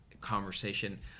conversation